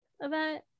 event